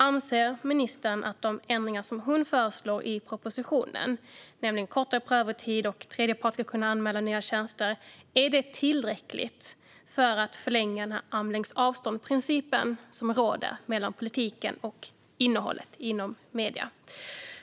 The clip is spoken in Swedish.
Anser ministern att de ändringar som hon föreslår i propositionen, nämligen kortare prövotid och att tredje part ska kunna anmäla nya tjänster, är tillräckliga för att förlänga ett principiellt armlängds avstånd mellan politiken och innehållet i medier?